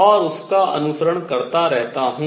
और उसका अनुसरण करता रहता हूँ